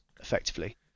effectively